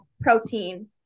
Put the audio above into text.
protein